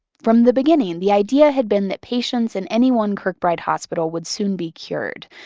from the beginning, the idea had been that patients in any one kirkbride hospital would soon be cured,